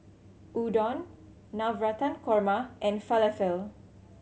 Udon Navratan Korma and Falafel